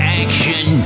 action